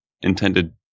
intended